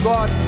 God